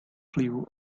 flew